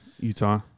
Utah